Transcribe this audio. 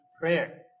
prayer